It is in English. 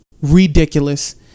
ridiculous